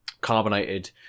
Carbonated